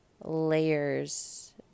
layers